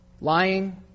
Lying